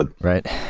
Right